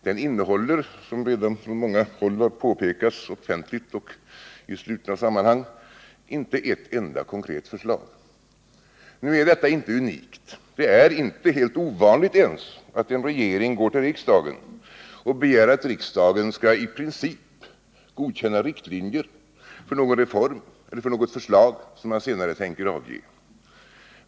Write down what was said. Den innehåller, som redan från många håll har påpekats offentligt och i slutna sammanhang, inte ett enda konkret förslag. Nu är inte detta helt unikt. Det är inte alls ovanligt att en regering går till riksdagen och begär att denna skall i princip godkänna riktlinjer för någon reform eller något förslag som man senare tänker lägga fram.